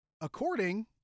according